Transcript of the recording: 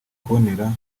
kubonera